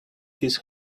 his